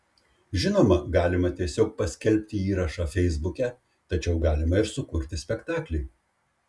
žinoma galima tiesiog paskelbti įrašą feisbuke tačiau galima ir sukurti spektaklį